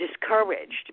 discouraged